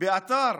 באתר